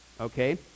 Okay